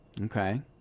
okay